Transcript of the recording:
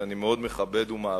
שאני מאוד מכבד ומעריך,